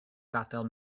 gadael